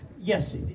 Yes